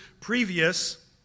previous